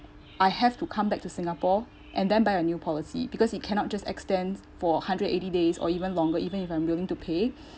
I have to come back to singapore and then buy a new policy because you cannot just extend for hundred eighty days or even longer even if I'm willing to pay